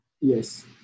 Yes